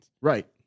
Right